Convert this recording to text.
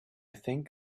think